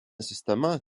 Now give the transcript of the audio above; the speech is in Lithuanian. sistema